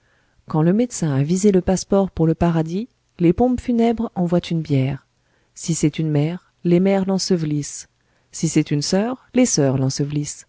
quand le médecin a visé le passeport pour le paradis les pompes funèbres envoient une bière si c'est une mère les mères l'ensevelissent si c'est une soeur les soeurs